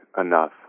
enough